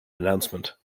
announcement